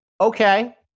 okay